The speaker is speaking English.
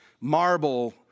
Marble